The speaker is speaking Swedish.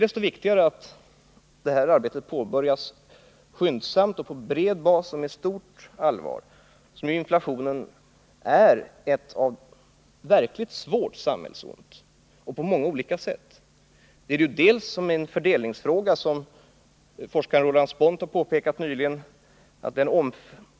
Det är angeläget att detta arbete påbörjas skyndsamt på bred bas och med stort allvar, eftersom inflationen är ett verkligt svårt samhällsont. Inflationen är en fördelningsfråga, vilket forskaren Roland Spånt har påpekat nyligen.